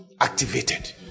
Activated